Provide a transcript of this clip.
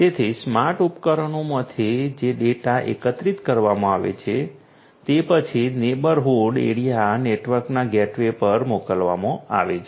તેથી સ્માર્ટ ઉપકરણોમાંથી જે ડેટા એકત્રિત કરવામાં આવે છે તે પછી નેબરહૂડ એરિયા નેટવર્કના ગેટવે પર મોકલવામાં આવે છે